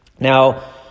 Now